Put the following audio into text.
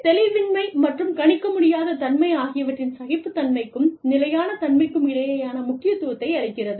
தெளிவின்மை மற்றும் கணிக்க முடியாத தன்மை ஆகியவற்றின் சகிப்புத்தன்மைக்கும் நிலையான தன்மைக்கும் இடையேயான முக்கியத்துவத்தை அளிக்கிறது